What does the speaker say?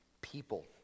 people